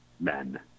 men